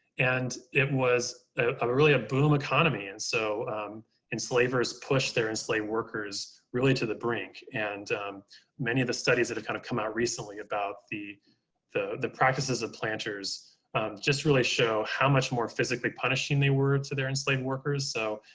and it was a really a boom economy. and so enslavers pushed their enslaved workers really to the brink. and many of the studies that have kind of come out recently about the the practices of planters just really show how much more physically punishing they were to their enslaved workers. so